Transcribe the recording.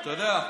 אתה יודע,